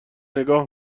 نگاه